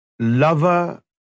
Lover